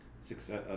success